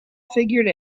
figured